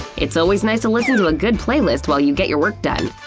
it's always nice to listen to a good playlist while you get your work done.